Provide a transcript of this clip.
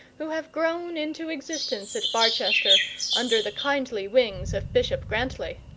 who have grown into existence at barchester under the kindly wings of bishop grantly!